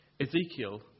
Ezekiel